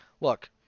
Look